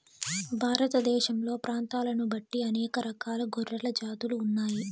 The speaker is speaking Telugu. భారతదేశంలో ప్రాంతాలను బట్టి అనేక రకాల గొర్రెల జాతులు ఉన్నాయి